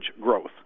growth